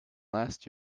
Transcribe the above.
last